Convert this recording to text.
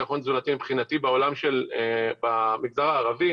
אי-הביטחון התזונתי מבחינתי במגזר הערבי